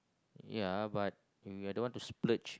year but I don't want to splurge